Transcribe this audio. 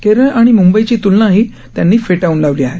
केरळ आणि मुंबईची तुलनाही त्यांनी फेटाळून लावली आहे